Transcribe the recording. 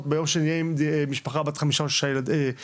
ביום שמתחתנים או ביום שהופכים למשפחה בת חמישה או שישה נפשות,